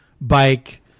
bike